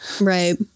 Right